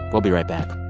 we'll be right back